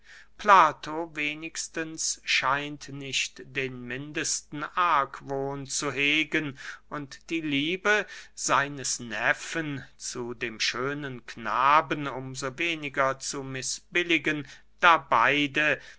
plato wenigstens scheint nicht den mindesten argwohn zu hegen und die liebe seines neffen zu dem schönen knaben um so weniger zu mißbilligen da beide